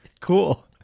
cool